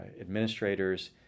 administrators